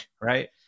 Right